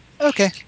Okay